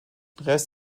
rest